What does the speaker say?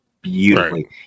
beautifully